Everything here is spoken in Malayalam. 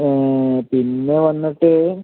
പിന്നെ വന്നിട്ട്